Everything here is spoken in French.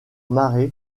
marées